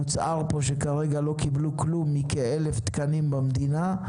הוצהר פה שכרגע הם לא קיבלו כלום מכ-1,000 תקנים במדינה.